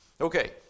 Okay